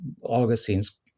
Augustine's